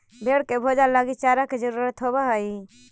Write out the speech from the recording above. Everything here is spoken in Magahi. भेंड़ के भोजन लगी चारा के जरूरत होवऽ हइ